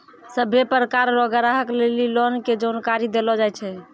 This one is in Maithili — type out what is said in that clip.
सभ्भे प्रकार रो ग्राहक लेली लोन के जानकारी देलो जाय छै